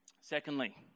Secondly